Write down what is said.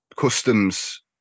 Customs